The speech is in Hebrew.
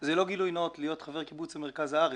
זה לא גילוי נאות להיות חבר קיבוץ במרכז הארץ.